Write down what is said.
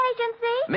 Agency